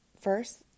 First